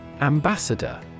Ambassador